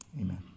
Amen